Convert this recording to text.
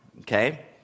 okay